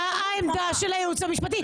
מה העמדה של הייעוץ המשפטי?